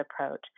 approach